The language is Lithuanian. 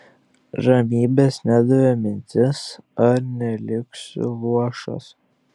ramybės nedavė mintis ar neliksiu luošas